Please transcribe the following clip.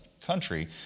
country